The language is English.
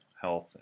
health